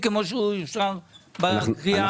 כינסתי ישיבה מיד אחרי שזה אושר במליאה,